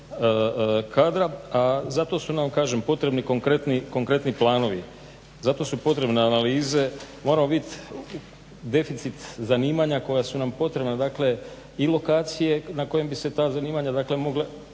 kadra, a zato su nam potrebni konkretni planovi, zato su potrebne analize. Moramo vidjet deficit zanimanja koja su nam potrebna, dakle i lokacije na kojem bi se ta zanimanja mogla